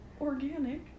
organic